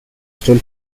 still